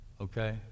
Okay